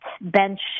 bench